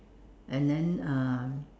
and then um